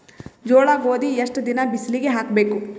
ಜೋಳ ಗೋಧಿ ಎಷ್ಟ ದಿನ ಬಿಸಿಲಿಗೆ ಹಾಕ್ಬೇಕು?